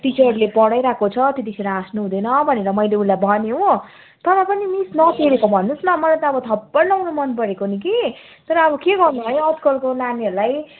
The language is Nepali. टिचरले पढाइरहेको छ त्यतिखेर हाँस्नु हुँदैन भनेर मैले उसलाई भने हो तर पनि मिस नटेरेको भन्नु होस् न मलाई त अब थप्पड लगाउनु मन परेको नि कि तर के गर्नु है आजकलको नानीहरूलाई